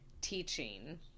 teaching